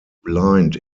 blind